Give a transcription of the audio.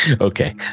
okay